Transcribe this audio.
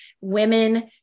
women